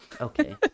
okay